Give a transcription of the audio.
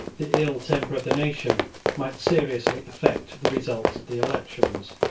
the ill temper of the nation might seriously affect the result of the elections.